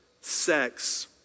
sex